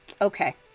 Okay